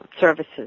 services